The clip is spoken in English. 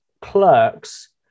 clerks